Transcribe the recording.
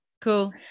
Cool